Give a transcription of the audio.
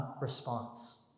response